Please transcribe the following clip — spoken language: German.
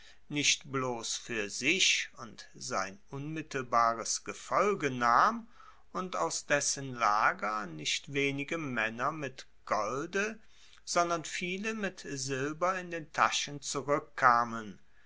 nicht bloss fuer sich und sein unmittelbares gefolge nahm und aus dessen lager nicht wenige maenner mit golde sondern viele mit silber in den taschen zurueckkamen